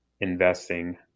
investing